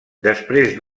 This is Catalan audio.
després